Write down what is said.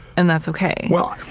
and that's okay. well,